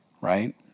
right